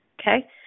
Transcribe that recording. okay